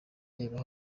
reba